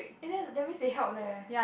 eh then that means it help eh